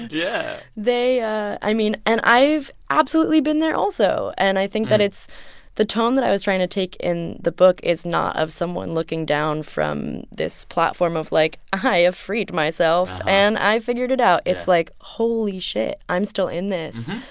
yeah they ah i mean, and i've absolutely been there also. and i think that it's the tone that i was trying to take in the book is not of someone looking down from this platform of, like, i have freed myself, and i figured it out. it's, like, holy shit i'm still in this.